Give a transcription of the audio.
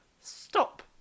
stop